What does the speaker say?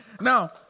Now